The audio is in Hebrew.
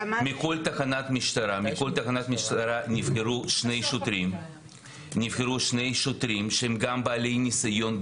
מכל תחנת משטרה נבחרו שני שוטרים שהם גם בעלי ניסיון,